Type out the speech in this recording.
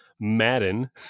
Madden